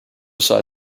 saw